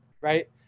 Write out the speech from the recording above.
right